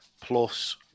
Plus